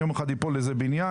יום אחד ייפול איזה בניין,